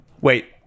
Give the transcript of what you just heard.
Wait